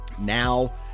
Now